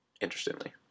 interestingly